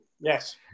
Yes